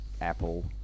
apple